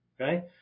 Okay